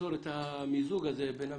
לעצור את המיזוג הזה בין המכללות.